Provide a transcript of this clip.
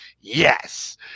Yes